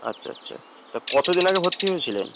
আচ্ছা আচ্ছা তা কতদিন আগে ভর্তি হয়েছিলেন